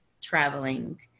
traveling